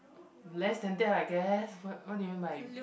less than that I guess what what do you mean by